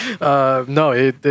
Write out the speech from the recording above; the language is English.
No